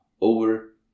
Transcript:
over